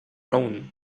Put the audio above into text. own